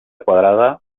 quadrada